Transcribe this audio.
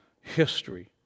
history